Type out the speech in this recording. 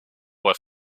worth